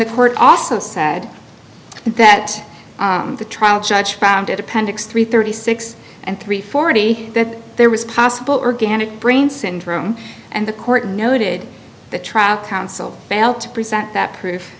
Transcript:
the court also said that the trial judge found at appendix three thirty six and three forty that there was possible organic brain syndrome and the court noted the trial counsel failed to present that pro